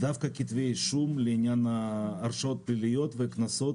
דווקא כתבי אישום לעניין הרשעות פליליות וקנסות